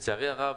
לצערי הרב,